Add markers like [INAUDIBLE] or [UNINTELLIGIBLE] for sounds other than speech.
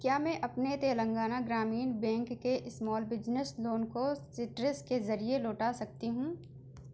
کیا میں اپنے تلنگانہ گرامین بینک کے اسمال ب زنس لون کو [UNINTELLIGIBLE] کے ذریعے لوٹا سکتی ہوں